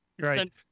Right